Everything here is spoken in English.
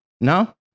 No